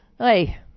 Hey